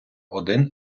один